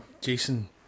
Jason